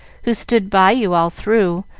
who stood by you all through,